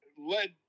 led